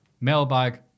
mailbag